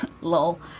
lol